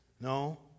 No